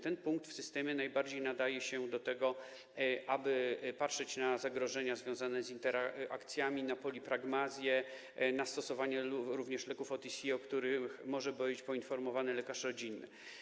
Ten punkt w systemie najbardziej nadaje się do tego, aby patrzeć na zagrożenia związane z interakcjami, jeżeli chodzi o polipragmazję, stosowanie również leków OTC, o których może być poinformowany lekarz rodzinny.